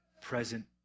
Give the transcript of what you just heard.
present